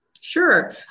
Sure